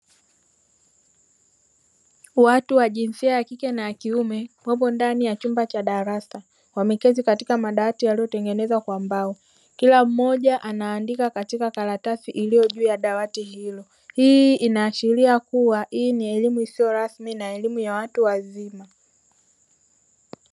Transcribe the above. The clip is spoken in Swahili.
Watu wa jinsia ya kike na ya kiume wapo ndani ya chumba cha darasa wameketi katika madawati yaliyotengenezwa kwa mbao kila mmoja anaandika katika karatasi iliyo juu ya dawati hilo hii inaashiria kuwa hii ni elimu isiyo rasmi na elimu ya watu wazima.